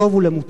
לטוב או למוטב.